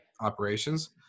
operations